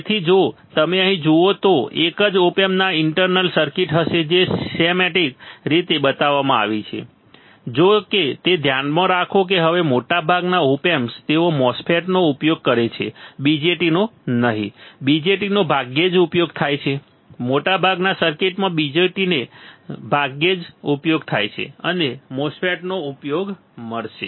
તેથી જો તમે અહીં જુઓ તો એક જ ઓપ એમ્પમાં ઇન્ટરનલ સર્કિટ હશે જે સ્કેમેટિક રીતે બતાવવામાં આવી છે જો કે તે ધ્યાનમાં રાખો કે હવે મોટાભાગના ઓપ એમ્પ્સ તેઓ MOSFET નો ઉપયોગ કરે છે BJT નો નહીં BJT નો ભાગ્યે જ ઉપયોગ થાય છે મોટાભાગના સર્કિટમાં BJT નો ભાગ્યે જ ઉપયોગ થાય છે તમને MOSFETs નો ઉપયોગ મળશે